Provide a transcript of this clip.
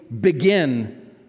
begin